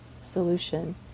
solution